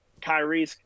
Kyrie